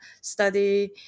study